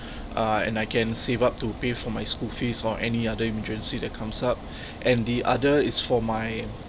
uh and I can save up to pay for my school fees or any other emergency that comes up and the other is for my